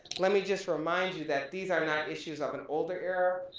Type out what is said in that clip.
let me just remind you that these are not issues of an older era.